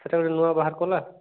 ସେଇଟା ବାହାର କଲା